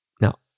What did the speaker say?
Now